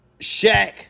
Shaq